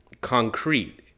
concrete